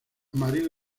marido